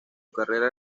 carrera